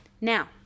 Now